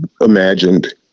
imagined